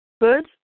Good